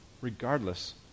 regardless